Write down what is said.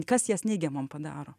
kas jas neigiamom padaro